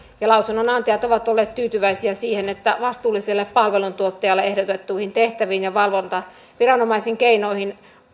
ja lausunnonantajat ovat olleet tyytyväisiä vastuulliselle palveluntuottajalle ehdotettuihin tehtäviin ja valvontaviranomaisen keinoihin